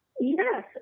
yes